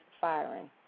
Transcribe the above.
Firing